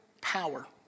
power